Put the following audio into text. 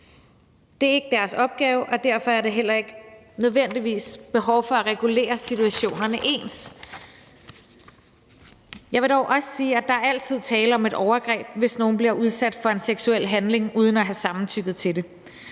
Det er ikke deres opgave, og derfor er der heller ikke nødvendigvis behov for at regulere situationerne ens. Jeg vil dog også sige, at der altid er tale om et overgreb, hvis nogen bliver udsat for en seksuel handling uden at have givet samtykke til det.